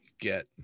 get